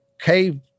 cave